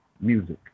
music